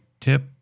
tip